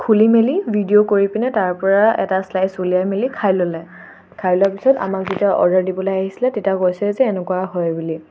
খুলি মেলি ভিডিঅ' কৰি পিনে তাৰপৰা এটা শ্লাইচ উলিয়াই মেলি খাই ল'লে খাই লোৱা পিছত আমাক যেতিয়া অৰ্ডাৰ দিবলৈ আহিছিলে তেতিয়া কৈছে যে এনেকুৱা হয় বুলি